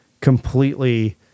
completely